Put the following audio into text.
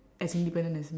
as independent as me